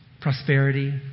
Prosperity